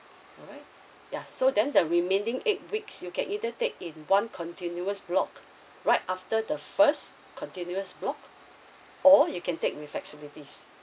all right yeah so then the remaining eight weeks you can either take in one continuous block right after the first continuous block or you can take with flexibilities